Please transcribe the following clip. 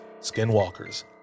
skinwalkers